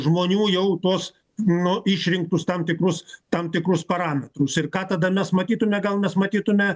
žmonių jau tuos nu išrinktus tam tikrus tam tikrus parametrus ir ką tada mes matytume gal mes matytume